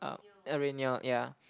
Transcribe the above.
uh Arenial ya